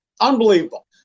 unbelievable